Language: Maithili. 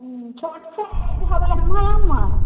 हुँ छोटका आम हइ कि नमहर